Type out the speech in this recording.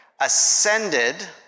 ascended